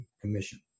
commission